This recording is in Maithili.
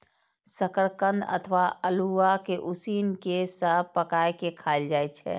शकरकंद अथवा अल्हुआ कें उसिन के या पकाय के खायल जाए छै